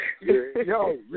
yo